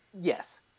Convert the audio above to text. yes